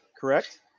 correct